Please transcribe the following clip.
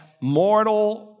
mortal